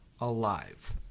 alive